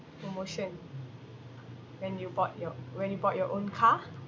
promotion then you bought your when you bought your own car